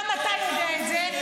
גם אתה יודע את זה.